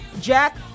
Jack